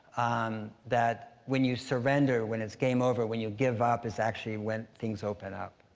um that when you surrender, when it's game over, when you give up, is actually when things open up.